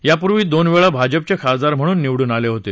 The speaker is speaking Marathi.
यापूर्वी दोन वेळा भाजपचे खासदार म्हणून निवडून आले होते